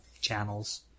channels